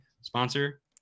sponsor